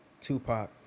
Tupac